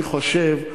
אני חושב,